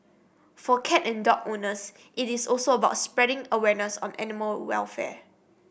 for cat and dog owners it is also about spreading awareness on animal welfare